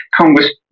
Congress